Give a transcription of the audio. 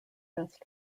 best